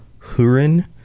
Hurin